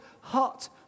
hot